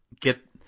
get